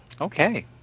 Okay